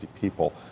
people